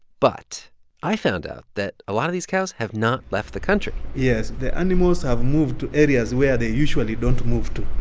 but i found out that a lot of these cows have not left the country yes. the animals have moved to areas where they usually don't move to.